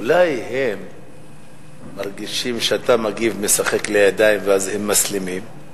אולי הם מרגישים שאתה משחק לידיים ואז הם מסלימים?